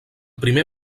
primer